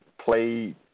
play